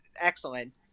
excellent